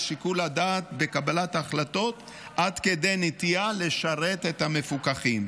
על שיקול הדעת בקבלת ההחלטות עד כדי נטייה לשרת את המפוקחים.